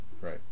right